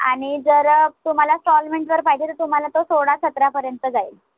आणि जर तुम्हाला स्टॉलमेन्ट जर पाहिजे तर तुम्हाला तो सोळा सतरापर्यंत जाईल